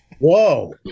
Whoa